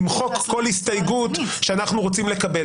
למחוק כל הסתייגות שאנחנו רוצים לקבל.